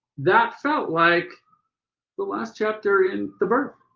that felt like the last chapter in the birth.